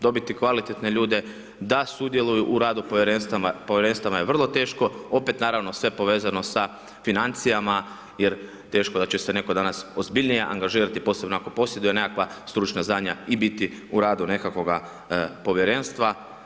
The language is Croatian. Dobiti kvalitetne ljude da sudjeluju u radu Povjerenstava je vrlo teško, opet naravno, sve povezano sa financijama jer teško da će se netko danas ozbiljnije angažirati, posebno ako posjeduje nekakva stručna znanja i biti u radu nekakvoga Povjernstva.